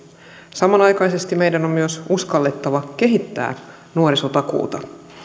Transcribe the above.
samanaikaisesti meidän on myös uskallettava kehittää nuorisotakuuta